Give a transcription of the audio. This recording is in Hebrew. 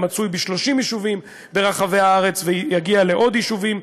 המצוי ב-30 יישובים ברחבי הארץ ויגיע לעוד יישובים.